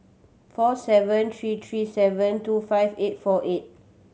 four seven three three seven two five eight four eight